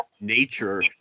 nature